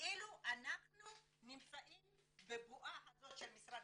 כאילו אנחנו נמצאים בבועה הזאת של משרד